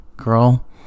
girl